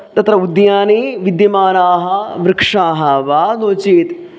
तत्र उद्याने विद्यमानाः वृक्षाः वा नो चेत्